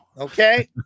Okay